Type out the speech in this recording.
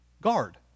guard